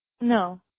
No